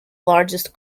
largest